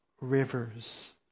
rivers